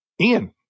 ian